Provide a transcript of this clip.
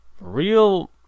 real